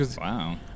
Wow